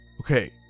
Okay